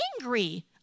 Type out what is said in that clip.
angry